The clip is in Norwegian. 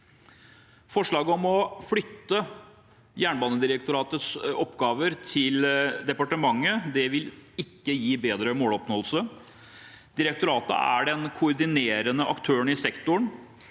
Forslaget om å flytte Jernbanedirektoratets oppgaver til departementet vil ikke gi bedre måloppnåelse. Direktoratet er den koordinerende aktøren i sektoren.